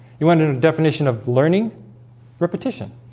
you wanted a definition of learning repetition